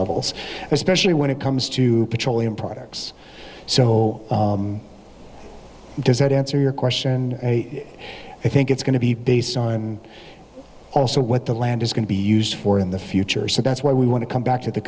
levels especially when it comes to petroleum products so does that answer your question i think it's going to be based on also what the land is going to be used for in the future so that's why we want to come back to the